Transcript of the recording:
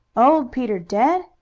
old peter dead!